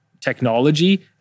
technology